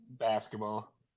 basketball